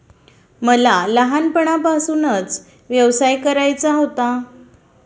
मला लहानपणापासूनच व्यवसाय करायचा होता